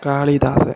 Kalidasan